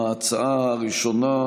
ההצעה הראשונה,